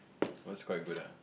was quite good ah